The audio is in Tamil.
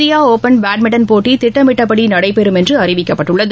இந்தியா ஒபள் பேட்மிண்டன் போட்டி திட்டமிட்டபடி நடைபெறும் என்று அறிவிக்கப்பட்டுள்ளது